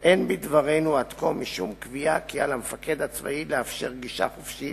אין בדברינו עד כה משום קביעה כי על המפקד הצבאי לאפשר גישה חופשית